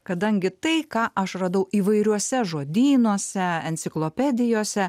kadangi tai ką aš radau įvairiuose žodynuose enciklopedijose